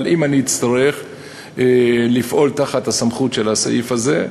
אבל אם אני אצטרך לפעול תחת הסמכות של הסעיף הזה,